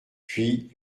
puis